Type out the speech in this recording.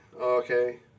Okay